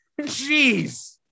Jeez